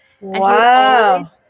wow